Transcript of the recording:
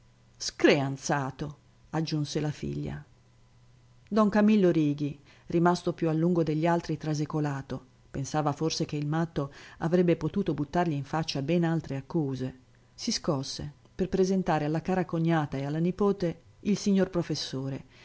screanzato aggiunse la figlia don camillo righi rimasto più a lungo degli altri trasecolato pensava forse che il matto avrebbe potuto buttargli in faccia ben altre accuse si scosse per presentare alla cara cognata e alla nipote il signor professore